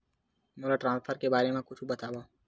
मोला ट्रान्सफर के बारे मा कुछु बतावव?